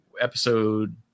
episode